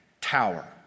tower